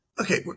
Okay